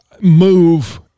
move